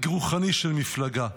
רוחני של מפלגה.